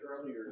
earlier